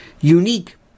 unique